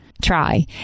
try